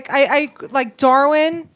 i like, darwin,